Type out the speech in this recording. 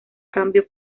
cambio